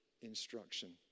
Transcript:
instruction